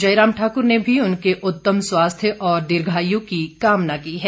जयराम ठाक्र ने भी उनके उत्तम स्वास्थ्य और दीर्घआयु की कामना की है